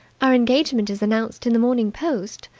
our engagement is announced in the morning post.